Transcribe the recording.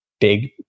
big